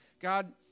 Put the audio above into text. God